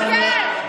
אתה משקר.